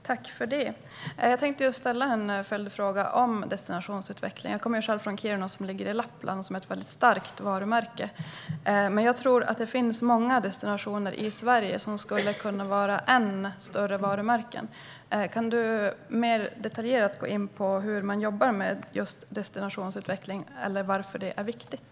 Herr talman! Jag tänkte just ställa en följdfråga om destinationsutveckling. Jag kommer själv från Kiruna, som ligger i Lappland, som är ett väldigt starkt varumärke. Men jag tror att det finns många destinationer i Sverige som skulle kunna vara än större varumärken. Kan du mer detaljerat gå in på hur man jobbar med just destinationsutveckling eller varför det är viktigt?